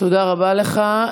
תודה רבה לך.